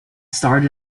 starred